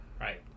Right